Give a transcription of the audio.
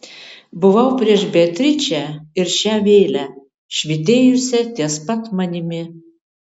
buvau prieš beatričę ir šią vėlę švytėjusią ties pat manimi